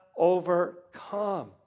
overcome